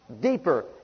deeper